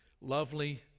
lovely